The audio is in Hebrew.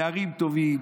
נערים טובים,